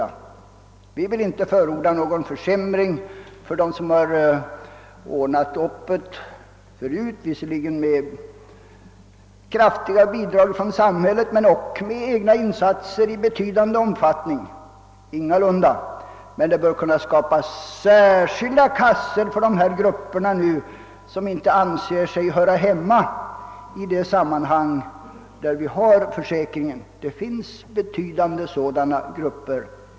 Ty vi vill inte förorda någon försämring för dem som förut har ordnat upp detta, visserligen med kraftiga bidrag från samhället men också i betydande omfattning med egna insatser. Men det bör kunna skapas särskilda kassor för de grupper, som inte anser sig höra hemma i de sammanhang där vi nu har försäkringen. Det finns betydande sådana grupper.